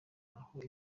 naho